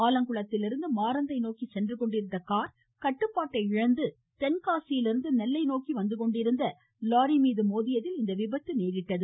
ஆலங்குளத்திலிருந்து மாரந்தை நோக்கி சென்றுகொண்டிருந்த கார் கட்டுப்பாட்டை இழந்து தென்காசியிலிருந்து நெல்லை நோக்கிவந்துகொண்டிருந்த லாரி மீது மோதியதில் இந்த விபத்து நேரிட்டது